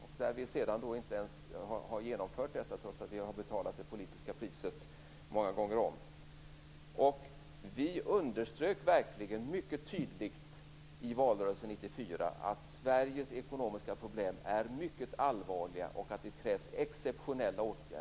Sedan har vi ändå inte ens genomfört detta, trots att vi har betalat det politiska priset många gånger om. Vi underströk verkligen mycket tydligt i valrörelsen 1994 att Sveriges ekonomiska problem var mycket allvarligt och att det krävdes exceptionella åtgärder.